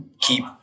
keep